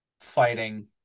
fighting